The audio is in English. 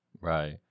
Right